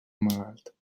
malalt